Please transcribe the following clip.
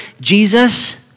Jesus